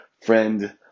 Friend